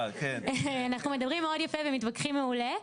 אנחנו מדברים מאוד יפה ומתווכחים מעולה.